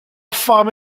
femme